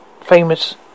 famous